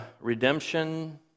redemption